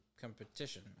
competition